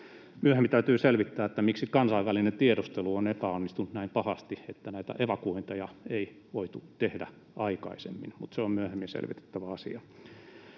Myöhemmin täytyy selvittää, miksi kansainvälinen tiedustelu on epäonnistunut näin pahasti, että näitä evakuointeja ei voitu tehdä aikaisemmin, mutta se on myöhemmin selvitettävä asia.